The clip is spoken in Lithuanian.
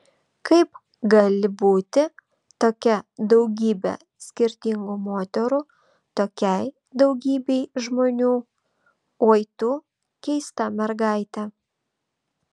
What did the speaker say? kaip gali būti tokia daugybe skirtingų moterų tokiai daugybei žmonių oi tu keista mergaite